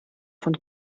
von